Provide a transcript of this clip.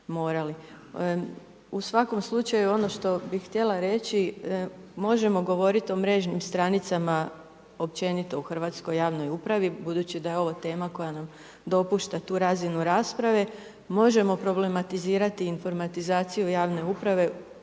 U svakom slučaju ono što bih htjela reći, možemo govoriti o mrežnim stranicama općenito u hrvatskoj javnoj upravi, budući da je ovo tema koja nam dopušta tu razinu rasprave, možemo problematizirati informatizaciju javne uprave,